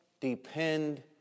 depend